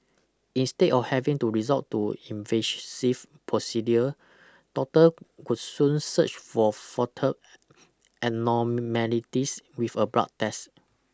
instead of having to resort to invasive procedure doctor could soon search for foetal abnormalities with a blood test